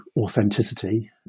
authenticity